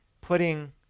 Putting